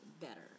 better